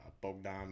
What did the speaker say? Bogdan